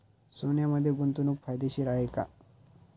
सोन्यामध्ये गुंतवणूक फायदेशीर आहे का?